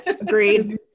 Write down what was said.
Agreed